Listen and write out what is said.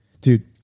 dude